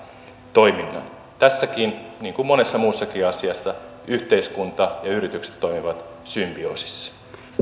toiminnan tässäkin niin kuin monessa muussakin asiassa yhteiskunta ja yritykset toimivat symbioosissa